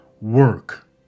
Work